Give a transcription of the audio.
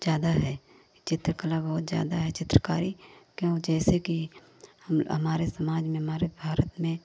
ज़्यादा है चित्रकला बहुत ज़्यादा है चित्रकारी का वह जैसे कि हमारे समाज में हमारे भारत में